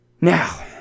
Now